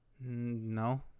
No